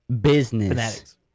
business